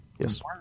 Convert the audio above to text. Yes